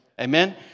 Amen